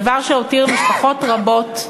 דבר שהותיר משפחות רבות,